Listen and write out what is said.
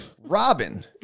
Robin